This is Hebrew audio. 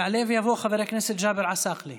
יעלה ויבוא חבר הכנסת ג'אבר עסאקלה,